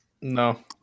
No